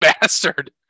bastard